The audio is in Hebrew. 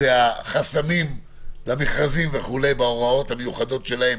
זה החסמים למכרזים בהוראות המיוחדות שלהם